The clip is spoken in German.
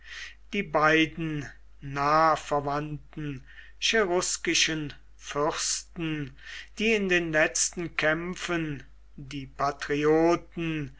die beiden nah verwandten cheruskischen fürsten die in den letzten kämpfen die patrioten